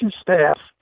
staff